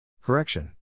Correction